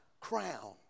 crown